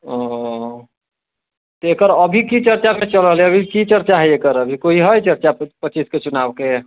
ओ तऽ एकर अभी की चर्चा सब चल रहलइए अभी की चर्चा हय एकर अभी कोई है चर्चा पच्चीसके चुनावके